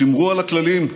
שמרו על הכללים,